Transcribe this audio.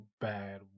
bad